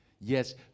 Yes